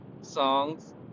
songs